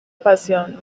pasión